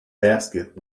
basket